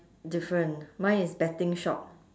different mine is betting shop